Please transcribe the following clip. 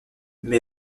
mais